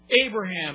Abraham